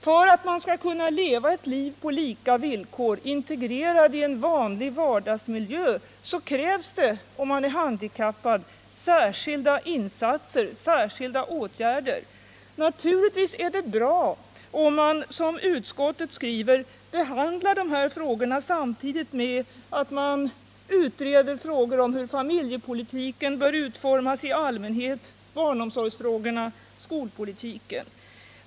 För att en handikappad skall kunna leva ett liv på lika villkor, integrerad i en vanlig vardagsmiljö, krävs det särskilda åtgärder. Naturligtvis är det bra om man som utskottet skriver behandlar dessa frågor samtidigt med att man utreder frågor om hur familjepolitiken bör utformas i allmänhet liksom barnomsorgsfrågorna och de skolpolitiska frågorna.